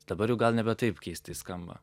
dabar jau gal nebe taip keistai skamba